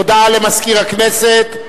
הודעה לסגן מזכירת הכנסת,